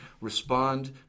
respond